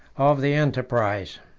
of the enterprise.